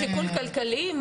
שיקול כלכלי?